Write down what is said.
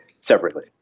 separately